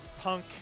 Punk